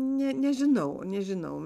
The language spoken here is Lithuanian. ne nežinau nežinau